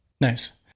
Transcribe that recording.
Nice